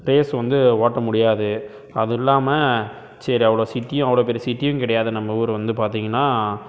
race வந்து ஓட்ட முடியாது அது இல்லாமல் சரி அவ்வளோ சிட்டி அவ்வளோ பெரிய சிட்டியும் கிடையாது நம்ம ஊர் வந்து பார்த்தீங்கனா